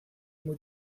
muy